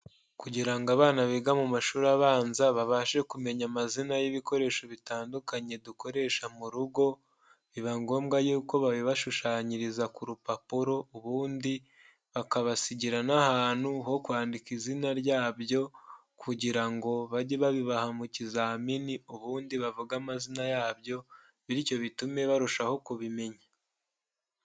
Kugira ngo abana biga mu mashuri abanza babashe kumenya amazina y'ibikoresho bitandukanye dukoresha mu rugo, biba ngombwa yuko babibashushanyiriza ku rupapuro ubundi bakabasigira n'ahantu ho kwandika izina ryabyo kugira ngo bage babibaha mu kizamini ubundi bavuge amazina yabyo bityo bitume barushaho kubimenya.